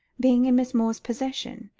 being in miss moore's possession,